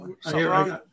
Sorry